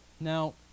Now